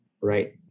Right